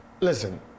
Listen